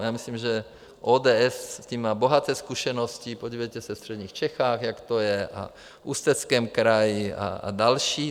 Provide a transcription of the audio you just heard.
Já myslím, že ODS s tím má bohaté zkušenosti, podívejte se ve středních Čechách, jak to je, a v Ústeckém kraji a další.